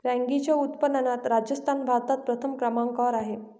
रॅगीच्या उत्पादनात राजस्थान भारतात प्रथम क्रमांकावर आहे